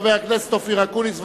חבר הכנסת אופיר אקוניס.